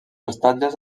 ostatges